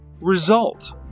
result